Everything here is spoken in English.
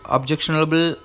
Objectionable